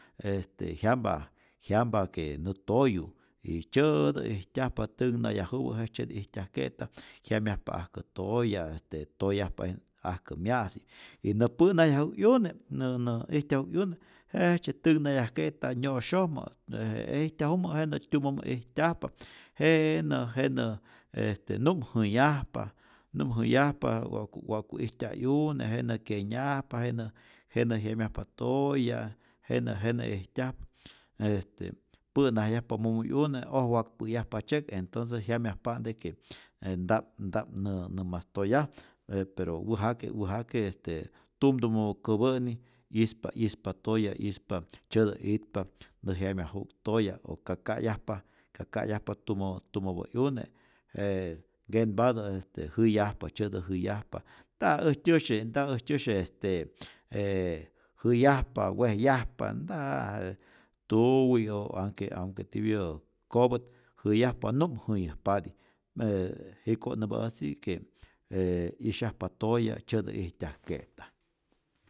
Este jyampa jyampa que nä toyu, y tzyääätä ijtyajpa tunhnayajupä jejtzyeti ijtyajke'ta, jyamyajpa'ajkä toya', este toyajpa'in'ajkä mya'si', y nä pä'najyaju'k 'yune, nä na ijtyaju'k 'yune jejtzye tänhnayajke'ta nyo'syojmä, de je ijtyajumä jenä tyumämä ijtyajpa, jnä jenä este nu'mjäyajpa, numjäyajpa wa'ku wa'ku ijtya 'yune, jenä kyenyajpa, jenä jenä jyamyajpa tooya, jenä jenä ijtyaj, este pä'najyajpa mumu 'yune ojwakpä'yajpa tzyek entonce jyamyajpa'nte que nta'p nta'p nä mas toyaj, e pero wäjake wäjake este tumtumä kopä'ni 'yispa 'yispa toya', 'yispa tzyätä itpa nä jyamaju'k toya', o ka ka'yajpa ka ka'yajpa tumä tumäpä 'yune e nkenpatä jäyajpa, tzyätä jäyajpan, nta äjtyäsye nta äjtyäsye este ee jäyajpa, wejyajpa nt, tuwi' o anhke anhke tipyä kopät jäyajpa, nu'mjäyajpati ee jiko nämpa äjtzi que ee 'yisyajpa toya, tzyätä ijtyajke'ta.